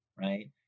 right